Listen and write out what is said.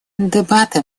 дебаты